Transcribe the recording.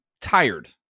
tired